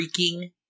freaking